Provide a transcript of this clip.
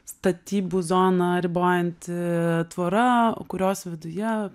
statybų zoną ribojanti tvora kurios viduje